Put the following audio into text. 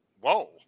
whoa